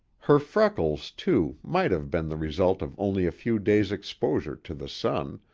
her freckles, too, might have been the result of only a few days' exposure to the sun,